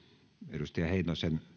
edustaja heinosen